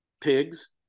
pigs